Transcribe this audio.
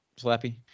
Slappy